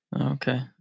Okay